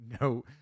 no